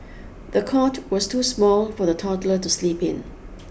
the cot was too small for the toddler to sleep in